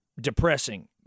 depressing